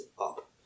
up